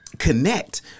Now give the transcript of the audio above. connect